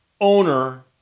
owner